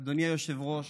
אדוני היושב-ראש,